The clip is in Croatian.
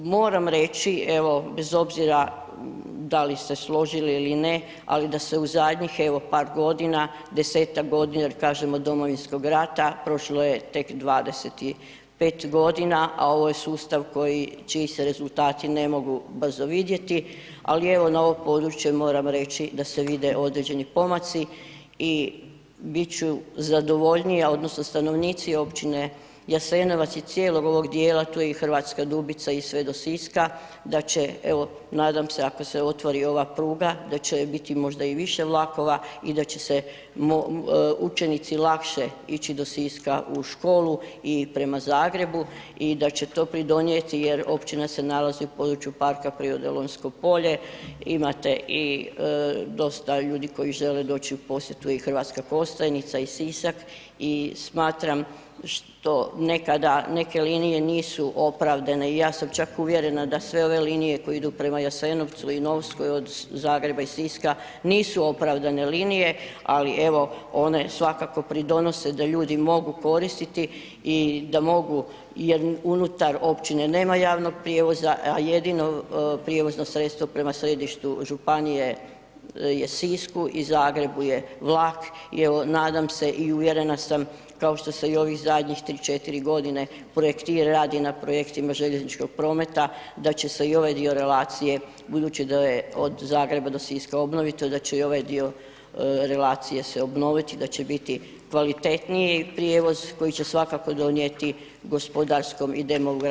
Moram reći evo bez obzira da li se složili ili ne, ali da se u zadnjih evo par godina, 10-tak godina jer kažem od domovinskog rata prošlo je tek 25.g., a ovo je sustav koji, čiji se rezultati ne mogu brzo vidjeti, ali evo na ovo područje moram reći da se vide određeni pomaci i bit ću zadovoljnija odnosno stanovnici općine Jasenovac i cijelog ovog dijela, tu je i Hrvatska Dubica i sve do Siska da će evo nadam se ako se otvori ova pruga da će biti možda i više vlakova i da će se učenici lakše ići do Siska u školu i prema Zagrebu i da će to pridonijeti jer općina se nalazi u području parka prirode Lonjsko polje, imate i dosta ljudi koji žele doći u posjetu i Hrvatska Kostajnica i Sisak i smatram što nekada neke linije nisu opravdane i ja sam čak uvjerena da sve ove linije koje idu prema Jasenovcu od Zagreba i Siska nisu opravdane linije, ali evo one svakako pridonose da ljudi mogu koristiti i da mogu jer unutar općine nema javnog prijevoza, a jedino prijevozno sredstvo prema središtu županije je Sisku i Zagrebu je vlak i evo nadam se i uvjerena sam kao što se i ovih zadnjih 3-4.g. projektir radi na projektima željezničkog prometa, da će se i ovaj dio relacije budući da je od Zagreba do Siska obnovito, da će i ovaj dio relacije se obnoviti i da će biti kvalitetniji prijevoz koji će svakako donijeti gospodarskom i demografskoj obnovi ovog područja.